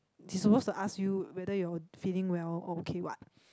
he suppose to ask you whether you're feeling well or okay what